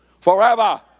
Forever